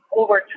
over